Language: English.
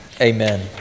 Amen